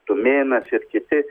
tumėnas ir kiti